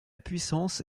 puissance